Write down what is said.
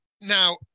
Now